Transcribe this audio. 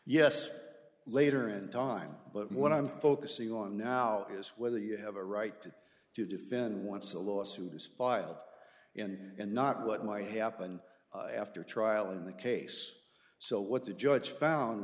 yes later in time but what i'm focusing on now is whether you have a right to defend once a lawsuit is filed and not what might happen after trial in the case so what the judge found